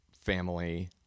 family